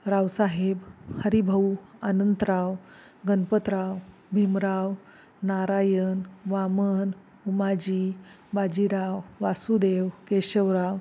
Raosaheb Haribhau Anantrao Ganpatrao Bhimrao Narayan Waman Umaji Bajirao Vasudev Keshavrao